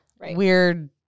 weird